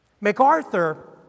MacArthur